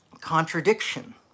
contradiction